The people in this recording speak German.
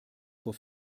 vor